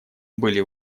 были